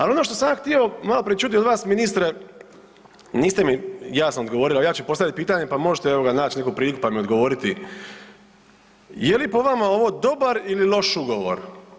Ali ono što sam ja htio maloprije čuti od vas ministre, niste mi jasno odgovorili, a ja ću postaviti pitanje pa možete naći neku priliku pa mi odgovoriti, je li po vama ovo dobar ili loš ugovor?